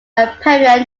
apparent